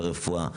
ברפואה,